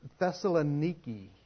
Thessaloniki